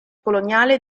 coloniale